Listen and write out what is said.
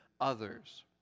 others